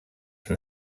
been